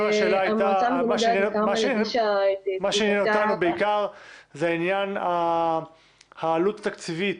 מה שעניין אותנו בעיקר זה עניין העלות התקציבית,